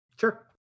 Sure